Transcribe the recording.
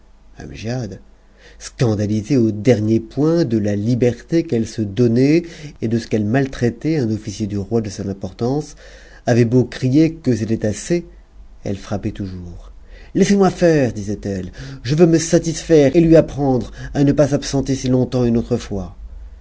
scandalisé au dernier point de la liberté qu'elle se donnait et de ce qu'elle maltraitait un officier du roi de cette importance avait beau crier que c'était assez elle frappât toujours laissez-moi faire disait-elle je veux me satisfaire et lui apprendre à ne pas s'absenter si longtemps une autre fois